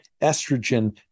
estrogen